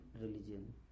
religion